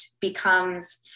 becomes